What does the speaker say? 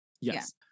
Yes